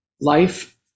life